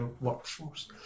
workforce